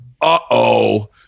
uh-oh